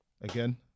again